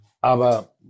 Aber